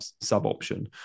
sub-option